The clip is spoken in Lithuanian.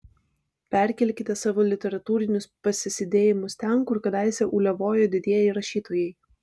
perkelkite savo literatūrinius pasisėdėjimus ten kur kadaise uliavojo didieji rašytojai